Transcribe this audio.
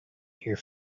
here